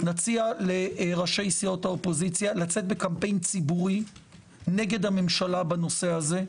נציע לראשי סיעות האופוזיציה לצאת בקמפיין ציבורי נגד הממשלה בנושא הזה.